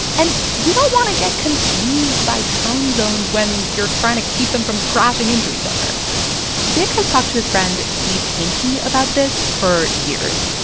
and you don't want to get confused by time zones when you're trying to keep them from crashing into each other dick has talked to his friend steve hanke about this for years.